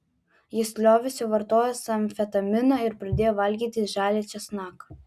jis liovėsi vartojęs amfetaminą ir pradėjo valgyti žalią česnaką